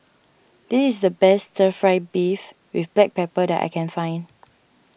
this is the best Stir Fry Beef with Black Pepper that I can find